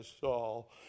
Saul